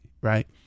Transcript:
Right